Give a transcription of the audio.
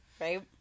Right